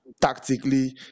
tactically